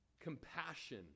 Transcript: Compassion